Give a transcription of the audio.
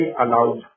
allowed